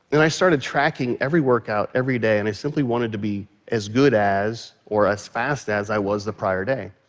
and i started tracking every workout, every day, and i simply wanted to be as good as or as fast as i was the prior day.